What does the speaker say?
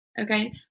Okay